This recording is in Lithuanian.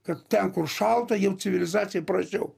kad ten kur šalta jau civilizacijai prasčiau